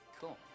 Cool